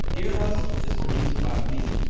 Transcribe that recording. ear hustle is produced by me,